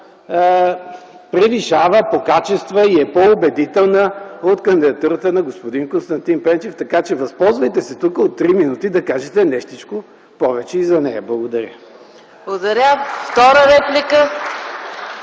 превишава по качества и е по-убедителна от кандидатурата на господин Константин Пенчев. Така че възползвайте се тук от три минути да кажете нещичко повече и за нея. Благодаря ви. (Ръкопляскания